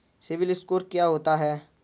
CIBIL score क्या होता है?